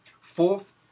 Fourth